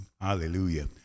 Hallelujah